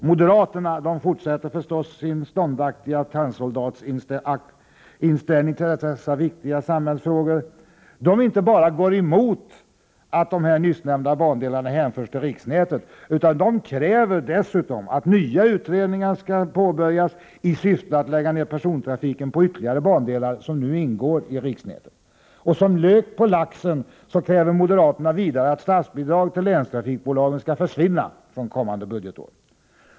Moderaterna fortsätter förstås att ha en inställning som ståndaktiga tennsoldater i dessa viktiga samhällsfrågor. De inte bara går emot att de nyssnämnda bandelarna hänförs till riksnätet, utan de kräver dessutom att nya utredningar skall påbörjas i syfte att lägga ned persontrafiken på ytterligare bandelar, som nu ingår i riksnätet. Och som lök på laxen kräver moderaterna vidare att statsbidragen till länstrafikbolagen skall försvinna fr.o.m. kommande budgetår.